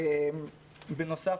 בנוסף,